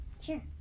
Sure